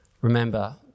remember